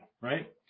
right